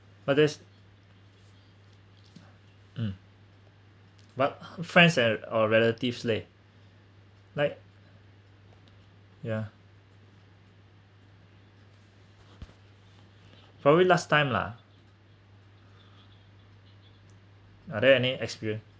but there's mm but friends and or relatives late like ya probably last time lah are there any experience